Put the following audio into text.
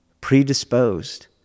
predisposed